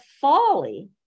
folly